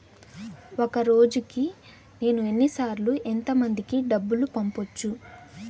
ఒక రోజుకి నేను ఎన్ని సార్లు ఎంత మందికి డబ్బులు పంపొచ్చు?